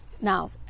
now